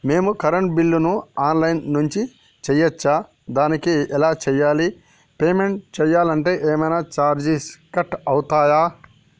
మేము కరెంటు బిల్లును online నుంచి చేయచ్చా? దానికి ఎలా చేయాలి? పేమెంట్ చేయాలంటే ఏమైనా చార్జెస్ కట్ అయితయా?